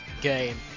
game